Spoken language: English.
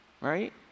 right